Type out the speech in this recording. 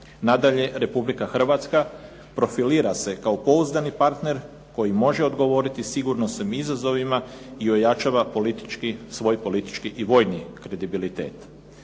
Nadalje, Republika Hrvatska profilira se kao pouzdani partner koji može odgovoriti sigurnosnim izazovima i ojačava svoj politički i vojni kredibilitet.